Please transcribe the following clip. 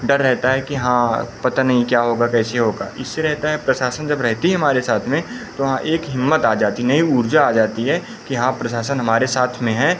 डर रहता है कि हाँ पता नहीं क्या होगा कैसे होगा इससे रहता है प्रशासन जब रहती है हमारे साथ में तो हाँ एक हिम्मत आ जाती है नहीं ऊर्जा आ जाती है कि हाँ प्रशासन हमारे साथ में है